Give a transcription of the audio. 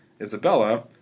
Isabella